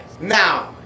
Now